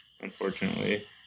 unfortunately